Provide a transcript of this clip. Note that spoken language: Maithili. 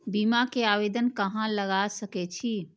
बीमा के आवेदन कहाँ लगा सके छी?